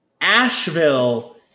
Asheville